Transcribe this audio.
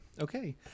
Okay